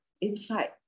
inside